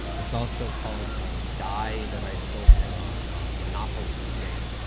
it's also called a die that i stole from a monopoly game.